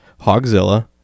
Hogzilla